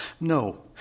No